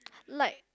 like